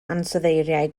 ansoddeiriau